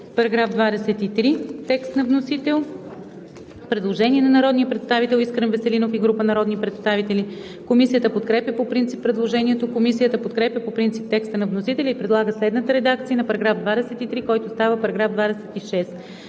По § 23 има предложение на народния представител Искрен Веселинов и група народни представители. Комисията подкрепя по принцип предложението. Комисията подкрепя по принцип текста на вносителя и предлага следната редакция на § 23, който става § 26: „§ 26.